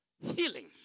healing